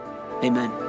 Amen